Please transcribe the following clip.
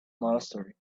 monastery